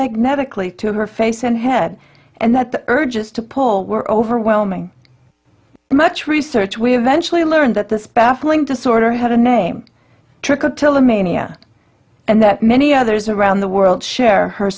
magnetically to her face and head and that urges to pull were overwhelming much research we eventually learned that this baffling disorder had a name trick until the mania and that many others around the world share her